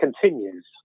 continues